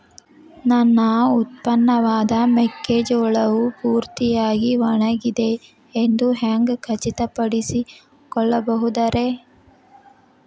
ನನ್ನ ಉತ್ಪನ್ನವಾದ ಮೆಕ್ಕೆಜೋಳವು ಪೂರ್ತಿಯಾಗಿ ಒಣಗಿದೆ ಎಂದು ಹ್ಯಾಂಗ ಖಚಿತ ಪಡಿಸಿಕೊಳ್ಳಬಹುದರೇ?